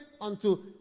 unto